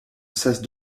cesse